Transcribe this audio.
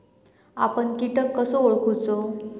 आपन कीटक कसो ओळखूचो?